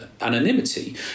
anonymity